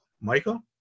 michael